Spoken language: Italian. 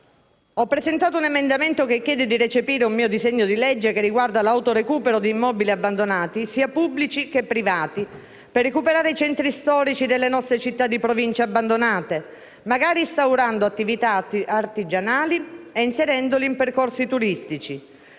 Ho presentato un emendamento che chiede di recepire un mio disegno di legge che riguarda l'autorecupero di immobili abbandonati sia pubblici che privati, per recuperare i centri storici delle nostre città di Provincia abbandonate, magari instaurando attività artigianali e inserendoli in percorsi turistici.